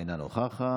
אינה נוכחת.